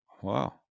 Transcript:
Wow